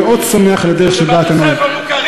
אני מאוד שמח על הדרך שבה אתם, זה בתי-ספר מוכרים.